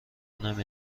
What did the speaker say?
نمی